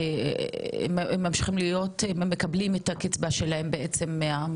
הם ממשיכים לקבל את הקצבה שלהם בעצם אז מה?